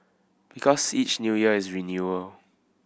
because each New Year is renewal